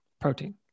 protein